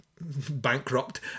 bankrupt